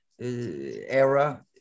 era